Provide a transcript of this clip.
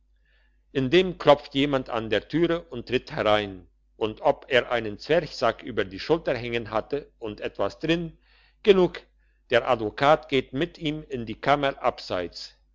indem klopft jemand an der türe und tritt herein und ob er einen zwerchsack über die schulter hängen hatte und etwas drin genug der advokat geht mit ihm in die kammer abseits